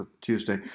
Tuesday